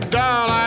doll